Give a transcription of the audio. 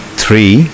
three